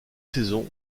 saisons